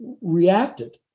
reacted